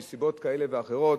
מסיבות כאלה ואחרות